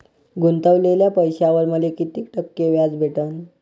गुतवलेल्या पैशावर मले कितीक टक्के व्याज भेटन?